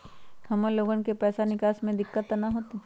हमार लोगन के पैसा निकास में दिक्कत त न होई?